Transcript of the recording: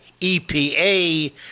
EPA